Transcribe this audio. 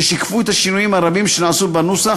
ששיקפו את השינויים הרבים שנעשו בנוסח